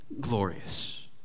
glorious